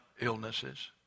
illnesses